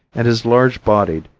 and is large bodied,